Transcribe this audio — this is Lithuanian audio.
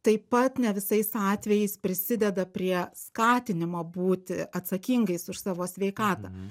taip pat ne visais atvejais prisideda prie skatinimo būti atsakingais už savo sveikatą